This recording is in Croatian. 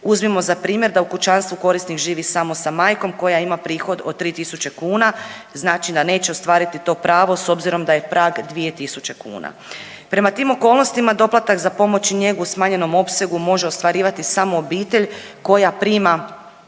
Uzmimo za primjer da u kućanstvu korisnik živi samo sa majkom koja ima prihod od 3000 kuna, znači da neće ostvariti to pravo s obzirom da je prag 2000 kuna. Prema tim okolnostima, doplatak za pomoć i njegu u smanjenom opsegu može ostvarivati samo obitelj koja prima